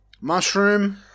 Mushroom